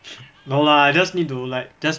no lah I just need to like just